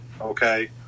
okay